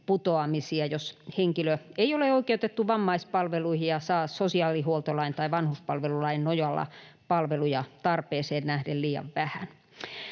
väliinputoamisia, jos henkilö ei ole oikeutettu vammaispalveluihin ja saa sosiaalihuoltolain tai vanhuspalvelulain nojalla palveluja tarpeeseen nähden liian vähän.